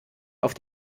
auf